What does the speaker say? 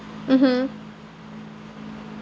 mmhmm